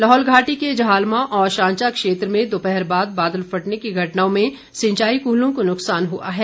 लाहौल घाटी के जहालमा और शांचा क्षेत्र में दोपहर बाद बादल फटने की घटनाओं में सिंचाई कूहलों को नुकसान हुआ है